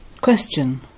Question